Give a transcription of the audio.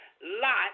Lot